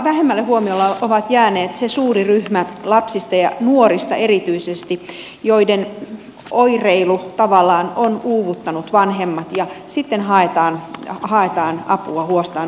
vähemmälle huomiolle on jäänyt se suuri ryhmä lapsia ja nuoria erityisesti joiden oireilu tavallaan on uuvuttanut vanhemmat ja sitten haetaan apua huostaanoton kautta